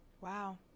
Wow